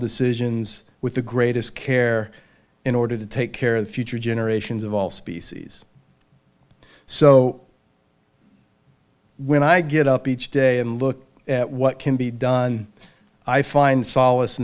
decisions with the greatest care in order to take care of future generations of all species so when i get up each day and look at what can be done i find s